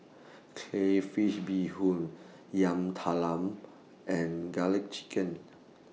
Crayfish Beehoon Yam Talam and Garlic Chicken